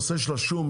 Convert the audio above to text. יו"ר הוועדה,